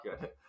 good